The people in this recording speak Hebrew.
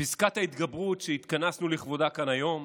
פסקת ההתגברות, שהתכנסנו לכבודה כאן היום,